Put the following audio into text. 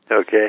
Okay